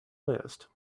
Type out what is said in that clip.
list